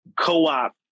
co-op